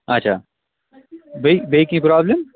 اَچھا بیٚیہِ بیٚیہِ کیٚنٛہہ پرٛابلِم